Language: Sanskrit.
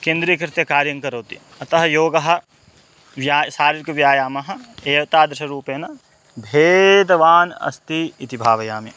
केन्द्रीकृत्य कार्यं करोति अतः योगः व्यायामः शारीरिकव्यायामः एतादृशरूपेण भेदवान् अस्ति इति भावयामि